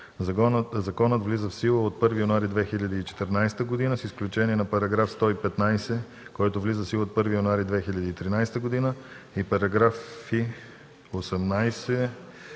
Законът влиза в сила от 1 януари 2014 г., с изключение на § 115, който влиза в сила от 1 януари 2013 г. и § 18,